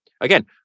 Again